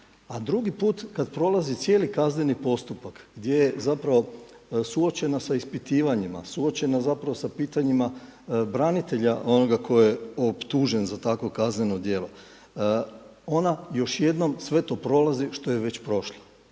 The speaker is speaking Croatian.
A drugi put kada prolazi cijeli kazneni postupak gdje je suočena sa ispitivanjima, suočena sa pitanjima branitelja onoga tko je optužen za takvo kazneno djelo. Ona još jednom sve to prolazi sve što je već prošla.